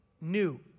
new